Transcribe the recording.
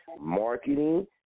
marketing